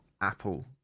Apple